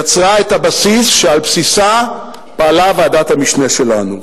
יצר את הבסיס שעליו פעלה ועדת המשנה שלנו.